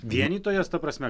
vienytojas ta prasme